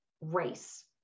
race